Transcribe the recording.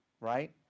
right